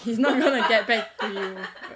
he's not going to get back to you